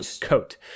coat